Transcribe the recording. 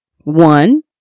One